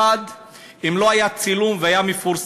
1. אם לא היה צילום וזה לא היה מתפרסם,